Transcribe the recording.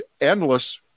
endless